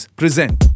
present